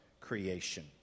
creation